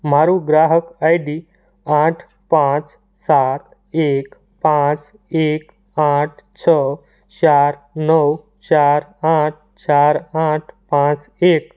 મારું ગ્રાહક આઈડી આઠ પાંચ સાત એક પાંચ એક આઠ છ ચાર નવ ચાર આઠ ચાર આઠ પાંચ એક